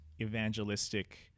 evangelistic